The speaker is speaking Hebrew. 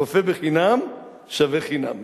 רופא חינם שווה חינם.